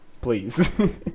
Please